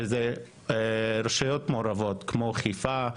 שזה רשויות מעורבות כמו חיפה,